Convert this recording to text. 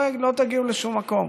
לא תגיעו לשום מקום.